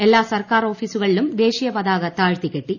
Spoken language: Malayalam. എല്ലാ സർക്കാർ ഓഫീസുകളിലും ദേശീയപതാക താഴ്ത്തികെട്ടി